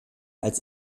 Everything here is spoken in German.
als